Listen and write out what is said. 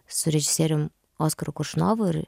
su režisierium oskaru koršunovu ir